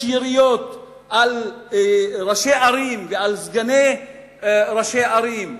יש יריות על ראשי ערים ועל סגני ראשי ערים,